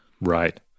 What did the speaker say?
right